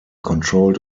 controlled